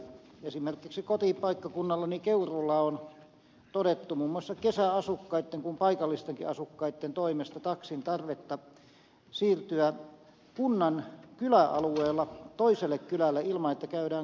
esimerkiksi kotipaikkakunnallani keuruulla on todettu muun muassa kesäasukkaitten kuin paikallistenkin asukkaitten toimesta taksin tarvetta siirtyä kunnan kyläalueella toiselle kylälle ilman että käydään kuntakeskuksessa